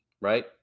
right